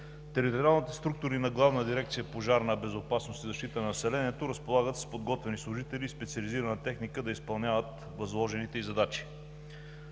Териториалните структури на Главна дирекция „Пожарна безопасност и защита на населението“ разполагат с подготвени служители и специализирана техника да изпълняват възложените ѝ задачи.